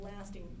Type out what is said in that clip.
lasting